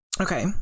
Okay